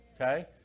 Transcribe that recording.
Okay